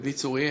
את בני צוריאל,